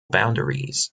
boundaries